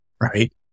right